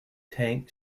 tank